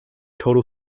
total